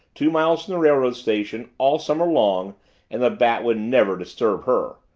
two miles from the railroad station, all summer long and the bat would never disturb her.